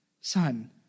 son